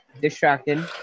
distracted